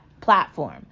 platform